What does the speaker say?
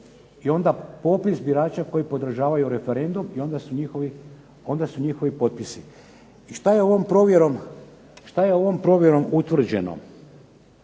I onda popis birača koji podržavaju referendum i onda su njihovi potpisi. Što je ovom provjerom utvrđeno,